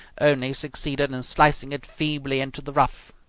only succeeded in slicing it feebly into the rough.